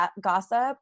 gossip